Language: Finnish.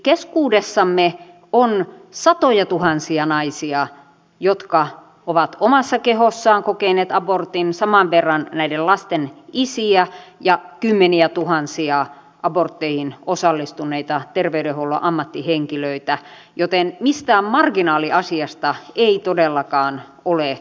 keskuudessamme on satojatuhansia naisia jotka ovat omassa kehossaan kokeneet abortin saman verran näiden lasten isiä ja kymmeniätuhansia abortteihin osallistuneita terveydenhuollon ammattihenkilöitä joten mistään marginaaliasiasta ei todellakaan ole kysymys